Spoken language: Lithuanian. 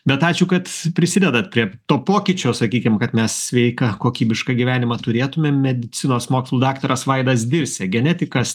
bet ačiū kad prisidedat prie to pokyčio sakykim kad mes sveiką kokybišką gyvenimą turėtume medicinos mokslų daktaras vaidas dirsė genetikas